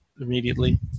immediately